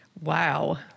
Wow